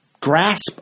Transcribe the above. grasp